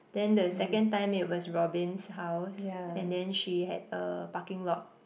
then the second time it was Robin's house and then she had a parking lot